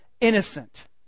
innocent